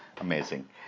amazing